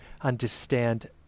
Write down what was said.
understand